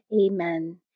Amen